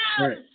right